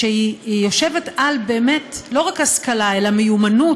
שיושבת לא רק על השכלה אלא על מיומנות